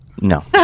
No